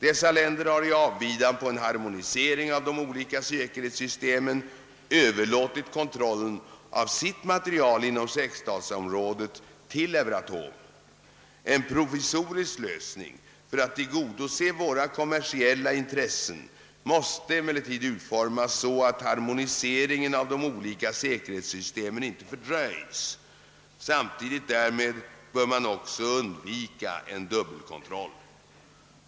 Dessa länder har i avbidan på en harmonisering av de olika säkerhetssystemen överlåtit kontrollen av sin materiel inom sexstatsområdet till Euratom. En provisorisk lösning för att tillgodose våra kommersiella intressen måste emellertid utformas så att harmoniseringen av de olika säkerhetssystemen inte fördröjs. Samtidigt därmed bör man söka undvika en dubbelkontroll.